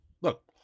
Look